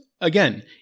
again